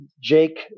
Jake